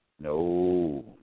no